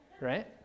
right